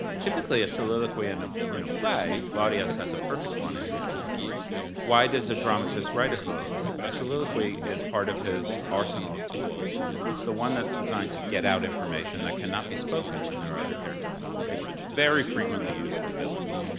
typically, a soliloquy and um in a play claudius has a perfect one in hamlet why does a dramatist write a soliloquy? a soliloquy is part of his arsenal of tools it's the one that's designed to get out information that cannot be spoken when there are other characters on stage. so it's very frequently used for villains.